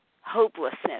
hopelessness